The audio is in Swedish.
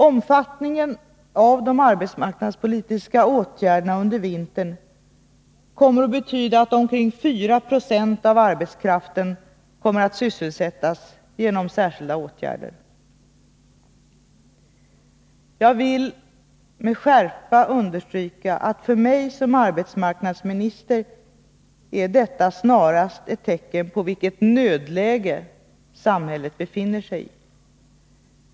Omfattningen av de arbetsmarknadspolitiska åtgärderna under vintern kommer att betyda att omkring 4 20 av arbetskraften sysselsätts genom särskilda åtgärder. Jag vill med skärpa understryka att för mig som arbetsmarknadsminister är detta snarast ett tecken på vilket nödläge samhället befinner sig i.